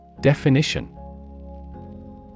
Definition